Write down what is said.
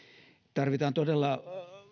tarvitaan todella